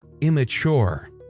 immature